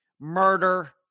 murder